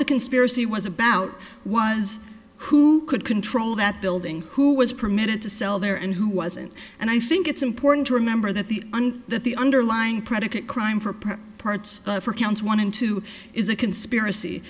the conspiracy was about was who could control that building who was permitted to sell there and who wasn't and i think it's important to remember that the that the underlying predicate crime for private parts for counts one and two is a conspiracy